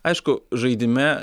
aišku žaidime